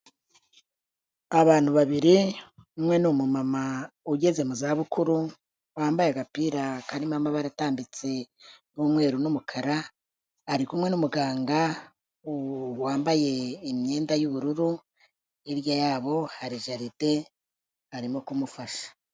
Abantu babiri umwe ni umumama ugeze mu zabukuru wambaye agapira karimo amabara atambitse n'umweru, n'umukara ari kumwe n'umuganga wambaye imyenda y'ubururu. Hirya yabo jaride arimo kumufasha.